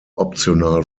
optional